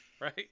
right